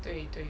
对对